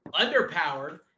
underpowered